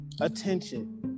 attention